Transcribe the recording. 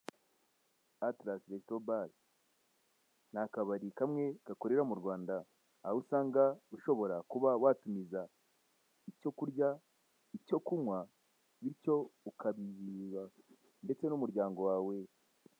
Atarasi resito bare ni akabari kamwe gakorera mu Rwanda aho usanga ushobora kuba watumiza icyo kurya, icyo kunywa bityo ukabirira ndetse n'umuryango wawe.